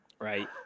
right